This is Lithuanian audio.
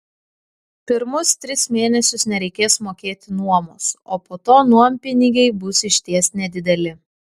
pirmus tris mėnesius nereikės mokėti nuomos o po to nuompinigiai bus išties nedideli